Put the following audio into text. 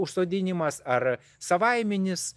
užsodinimas ar savaiminis